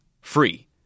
free